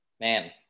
man